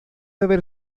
haber